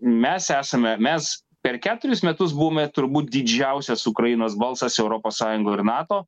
mes esame mes per keturis metus buvome turbūt didžiausias ukrainos balsas europos sąjungoj ir nato